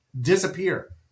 disappear